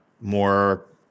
more